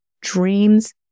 dreams